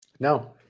no